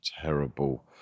terrible